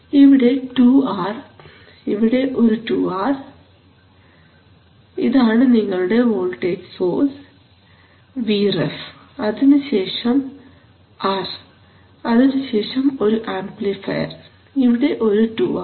ഇവിടെ ടുആർ ഇവിടെ ഒരു ടുആർ ഇതാണ് നിങ്ങളുടെ വോൾട്ടേജ് സോഴ്സ് Vref അതിനുശേഷം ആർ അതിനുശേഷം ഒരു ആംപ്ലിഫയർ ഇവിടെ ഒരു ടുആർ